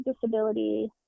disability